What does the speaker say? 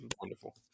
wonderful